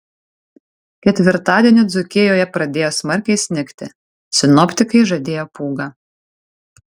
ketvirtadienį dzūkijoje pradėjo smarkiai snigti sinoptikai žadėjo pūgą